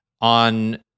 On